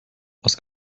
was